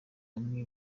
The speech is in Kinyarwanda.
bamwe